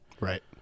Right